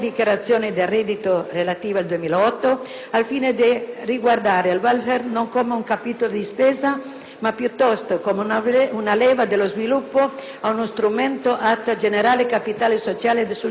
il *welfare* non come un capitolo di spesa, ma piuttosto come una leva dello sviluppo, uno strumento atto a generare capitale sociale sul territorio, coinvolgendo la libertà attiva dei cittadini,